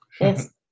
Yes